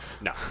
no